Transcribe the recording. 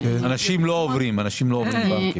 אנשים לא עוברים, אנשים לא עוברים בנקים.